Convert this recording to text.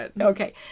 Okay